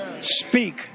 Speak